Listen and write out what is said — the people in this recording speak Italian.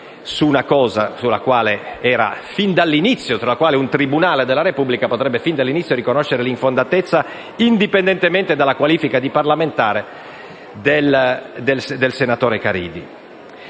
sua una cosa di cui un tribunale della Repubblica potrebbe fin dall'inizio riconoscere l'infondatezza, indipendentemente dalla qualifica di parlamentare del senatore Caridi.